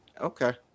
okay